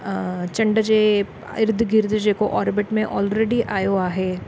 चंड जे इर्द गिर्द जेको ओर्बिट में ऑलरेडी आयो आहे